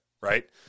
right